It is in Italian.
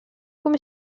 come